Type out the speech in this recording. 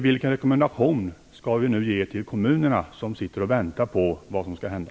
Vilken rekommendation skall vi nu ge kommunerna som väntar på vad som skall hända?